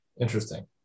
Interesting